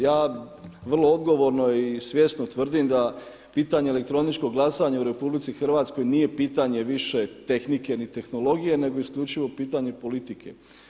Ja vrlo odgovorno i svjesno tvrdim da pitanje elektroničkog glasanja u RH nije pitanje više tehnike ni tehnologije nego isključivo pitanje politike.